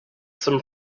some